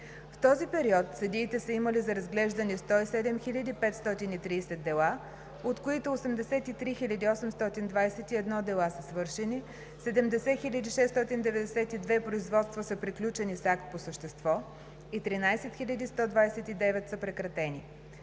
В този период съдиите са имали за разглеждане 107 530 дела, от които 83 821 дела са свършени, 70 692 производства са приключени с акт по същество и 13 129 са прекратени.